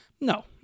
No